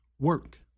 Work